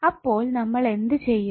അപ്പോൾ നമ്മൾ എന്ത് ചെയ്യും